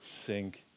sink